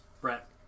Brett